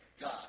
God